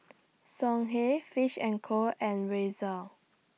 Songhe Fish and Co and Razer